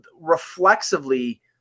reflexively